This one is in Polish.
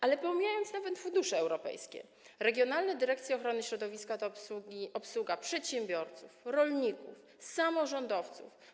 Ale pomijając nawet fundusze europejskie, regionalne dyrekcje ochrony środowiska to obsługa przedsiębiorców, rolników, samorządowców.